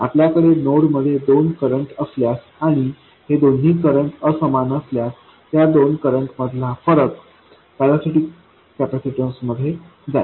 आपल्याकडे नोडमध्ये दोन करंट असल्यास आणि ते दोन्ही करंट असमान असल्यास त्या दोन करंट मधला फरक पॅरासिटिक कॅपेसिटन्समध्ये जाईल